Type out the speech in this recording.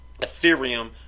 Ethereum